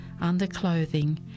underclothing